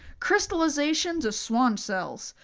crystallization to schwann cells,